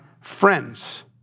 friends